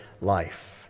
life